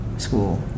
school